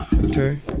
Okay